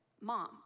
Mom